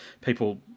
people